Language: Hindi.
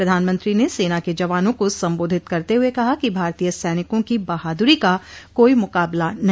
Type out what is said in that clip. प्रधानमंत्री ने सेना के जवानों को संबोधित करते हुए कहा कि भारतीय सैनिकों की बहादुरी का कोई मुकाबला नहीं